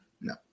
No